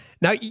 Now